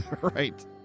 right